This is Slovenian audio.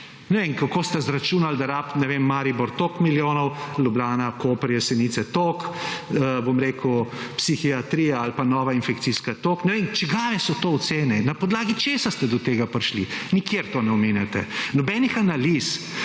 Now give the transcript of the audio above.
vem, kako ste izračunali, da rabi, ne vem, Maribor toliko milijonov, Ljubljana, Koper, Jesenice toliko, bom rekel, psihiatrija ali pa nova infekcijska toliko. Ne vem, čigave so to ocene, na podlagi česa ste do tega prišli, nikjer to ne omenjate, nobenih analiz,